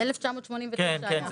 1989 החוק.